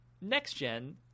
next-gen